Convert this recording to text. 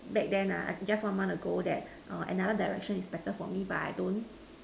back then ah just one month ago that err another Direction is better for me but I don't